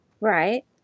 Right